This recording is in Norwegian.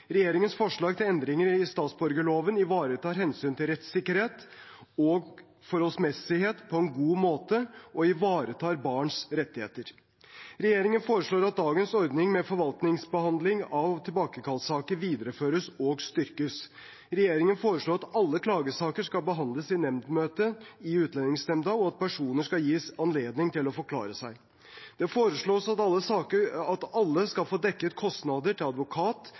Regjeringens forslag til endringer i statsborgerloven ivaretar hensynet til rettssikkerhet og forholdsmessighet på en god måte og ivaretar barns rettigheter. Regjeringen foreslår at dagens ordning med forvaltningsbehandling av tilbakekallssaker videreføres og styrkes. Regjeringen foreslår at alle klagesaker skal behandles i nemndsmøte i Utlendingsnemnda, og at personen skal gis anledning til å forklare seg. Det foreslås at alle skal få dekket kostnader til advokat